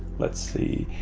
let's see.